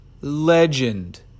legend